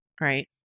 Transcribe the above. right